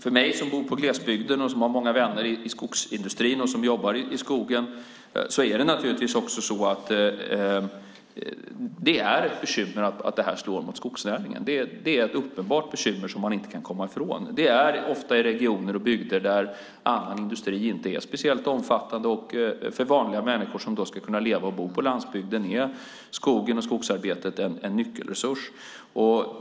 För mig som bor i glesbygden och har många vänner i skogsindustrin som jobbar i skogen är det ett bekymmer att det slår mot skogsnäringen. Det är ett uppenbart bekymmer som man inte kan komma ifrån. Det är ofta i regioner och bygder där annan industri inte är speciellt omfattande. För vanliga människor som ska kunna leva och bo på landsbygden är skogen och skogsarbetet en nyckelresurs.